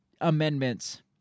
amendments